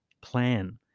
Plan